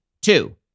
Two